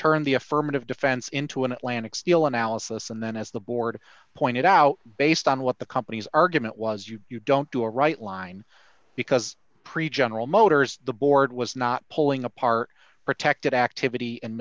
turned the affirmative defense into an atlantic steel analysis and then as the board pointed out based on what the company's argument was you don't do a right line because pre general motors the board was not pulling apart protected activity and